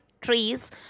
trees